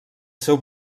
seu